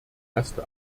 erste